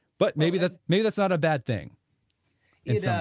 but maybe that's maybe that's not a bad thing yeah